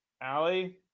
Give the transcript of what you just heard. Allie